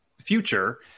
future